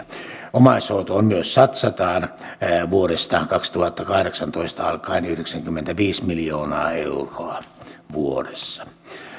omaishoitoon myös satsataan vuodesta kaksituhattakahdeksantoista alkaen yhdeksänkymmentäviisi miljoonaa euroa vuodessa